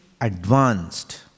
advanced